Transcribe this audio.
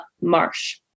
marsh